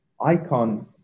icon